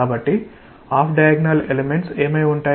కాబట్టి off diagonal elements ఏమయి ఉంటాయి